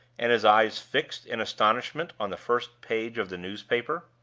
and his eyes fixed in astonishment on the first page of the newspaper.